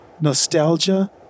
nostalgia